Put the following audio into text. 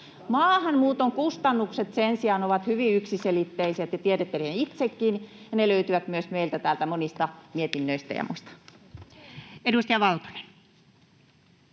Maahanmuuton kustannukset sen sijaan ovat hyvin yksiselitteiset, tiedätte ne itsekin, ja ne löytyvät myös meiltä täältä monista mietinnöistä ja muista. [Speech